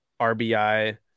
RBI